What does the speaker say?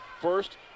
first